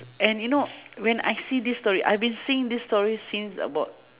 and you know when I see this story I've been seeing this story since about